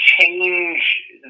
change